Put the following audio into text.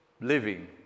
living